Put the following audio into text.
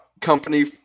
Company